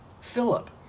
Philip